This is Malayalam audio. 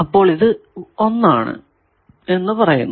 അപ്പോൾ ഇത് 1 ആണ് എന്ന് പറയുന്നു